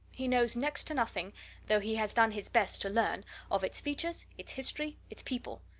he knows next to nothing though he has done his best to learn of its features, its history, its people.